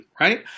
right